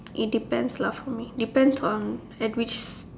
it depends lah for me depends on at which